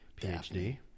PhD